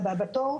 והבא בתור?